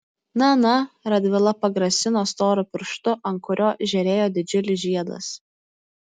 na na radvila pagrasino storu pirštu ant kurio žėrėjo didžiulis žiedas